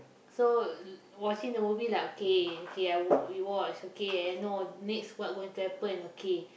so watching the movie like okay K I wa~ we watch okay I know next what going to happen okay